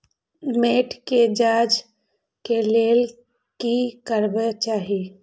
मैट के जांच के लेल कि करबाक चाही?